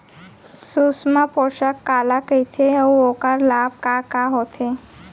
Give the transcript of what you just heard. सुषमा पोसक काला कइथे अऊ ओखर लाभ का का होथे?